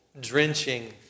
drenching